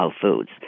foods